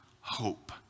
hope